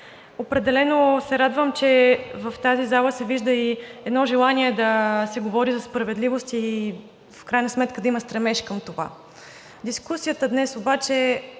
определено в тази зала се вижда едно желание да се говори за справедливост и в крайна сметка да има стремеж към това. Дискусията днес обаче